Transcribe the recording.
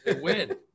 win